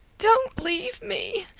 don't leave me!